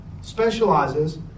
specializes